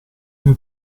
nel